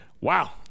Wow